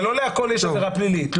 אבל לא לכול יש עבירה פלילית,